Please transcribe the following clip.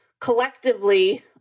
Collectively